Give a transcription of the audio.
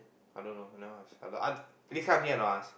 I don't know I never ask I don't I this kind of thing I don't ask